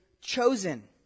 chosen